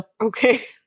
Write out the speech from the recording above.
Okay